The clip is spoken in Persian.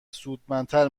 سودمندتر